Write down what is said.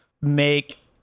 make